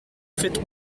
faites